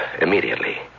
immediately